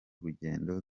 rugendo